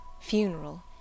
Funeral